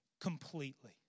completely